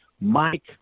Mike